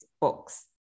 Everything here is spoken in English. books